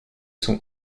sont